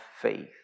faith